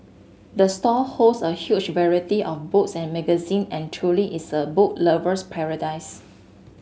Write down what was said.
the store holds a huge variety of books and magazine and truly is a book lover's paradise